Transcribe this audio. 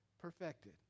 perfected